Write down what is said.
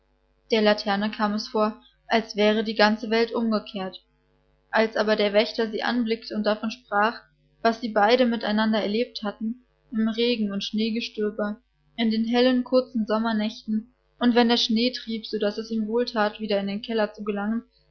der laterne kam es vor als wäre die ganze welt umgekehrt als aber der wächter sie anblickte und davon sprach was sie beide mit einander erlebt hatten im regen und schneegestöber in den hellen kurzen sommernächten und wenn der schnee trieb sodaß es ihm wohl that wieder in den keller zu gelangen